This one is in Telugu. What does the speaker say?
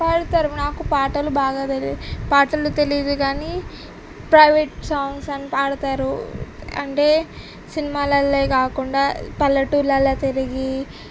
పాడతారు నాకు పాటలు బాగా తెలి పాటలు తెలీదు కానీ ప్రైవేట్ సాంగ్స్ అని పాడతారు అంటే సినిమాల్లోవి కాకుండా పల్లెటూర్లలో తిరిగి